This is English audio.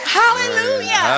hallelujah